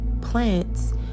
plants